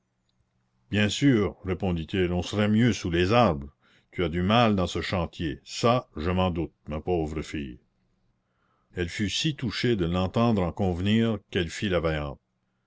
bien sûr répondit-il on serait mieux sous les arbres tu as du mal dans ce chantier ça je m'en doute ma pauvre fille elle fut si touchée de l'entendre en convenir qu'elle fit la vaillante